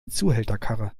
zuhälterkarre